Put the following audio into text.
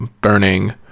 burning